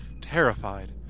terrified